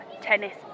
tennis